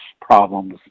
problems